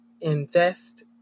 invest